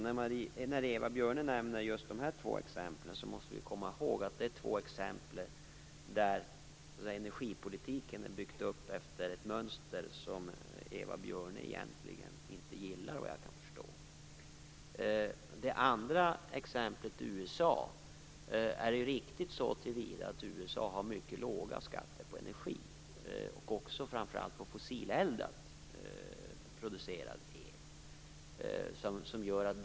När Eva Björne nämner just de två exemplen, måste vi alltså komma ihåg att det är två exempel där energipolitiken är uppbyggd efter ett mönster som Eva Björne egentligen inte gillar vad jag kan förstå. Vad gäller det andra exemplet, USA, är det ju riktigt så till vida att USA har mycket låga skatter på energi, framför allt på el som produceras genom fossileldning.